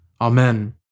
Amen